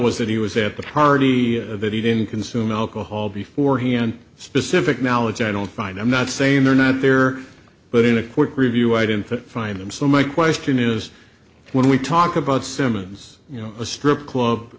was that he was at the party that he didn't consume alcohol before he and specific knowledge i don't find i'm not saying they're not there but in a court review i don't fit find them so my question is when we talk about simmons you know a strip club